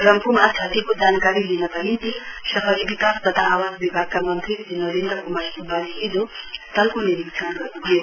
रम्फूमा क्षतिको जानकारी लिनका निम्ति शहरी विकास तथा आवास विभागका मन्त्री श्री नरेन्द्र कुमार सुब्बाले हिजो स्थलको निरीक्षण गर्न्भयो